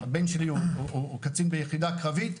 הבן שלי הוא קצין ביחידה קרבית,